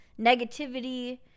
negativity